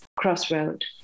crossroad